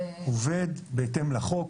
הכל עובד בהתאם לחוק,